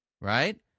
right